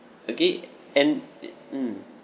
okay and it mm